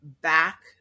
back